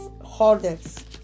Holders